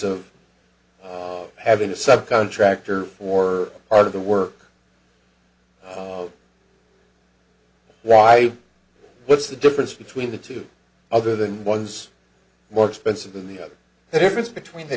of having a subcontractor or part of the work of why what's the difference between the two other than was more expensive than the other the difference between the